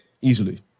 easily